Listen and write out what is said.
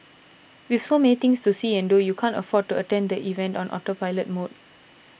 with so many things to see and do you can't afford to attend the event on autopilot mode